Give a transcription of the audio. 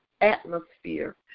atmosphere